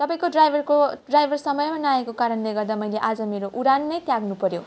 तपाईँको ड्राइभरको ड्राइभर समयमा नआएको कारणले गर्दा मैले आज मेरो उडान नै त्याग्नु पर्यो